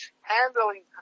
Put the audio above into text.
handling